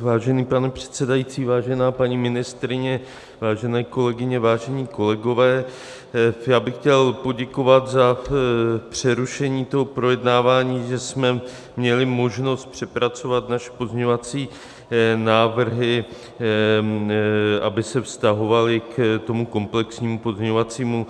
Vážený pane předsedající, vážená paní ministryně, vážené kolegyně, vážení kolegové, já bych chtěl poděkovat za přerušení toho projednávání, že jsme měli možnost přepracovat naše pozměňovací návrhy, aby se vztahovaly ke komplexnímu pozměňovacímu